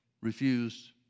refused